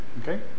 Okay